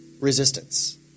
resistance